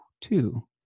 Two